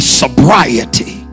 sobriety